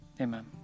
Amen